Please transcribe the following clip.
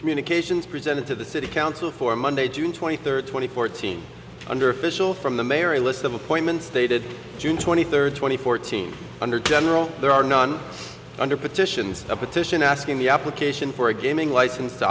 communications presented to the city council for monday june twenty third twenty fourteen under official from the mayor a list of appointments stated june twenty third twenty fourteen under general there are no one hundred petitions a petition asking the application for a gaming license to